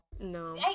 No